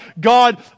God